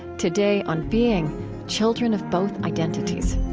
today, on being children of both identities.